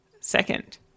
second